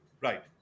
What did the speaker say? Right